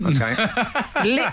Okay